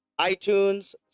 iTunes